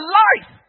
life